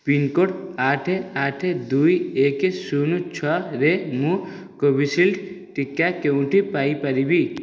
pincode ଆଠ ଆଠ ଦୁଇ ଏକ ଶୂନ ଛଅରେ ମୁଁ କୋଭିଶିଲ୍ଡ୍ ଟିକା କେଉଁଠୁ ପାଇପାରିବି